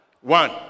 one